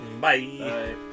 Bye